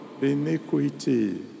iniquity